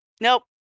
nope